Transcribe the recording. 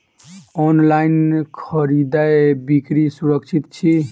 online खरीदै बिक्री सुरक्षित छी